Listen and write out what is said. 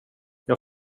jag